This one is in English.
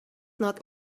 not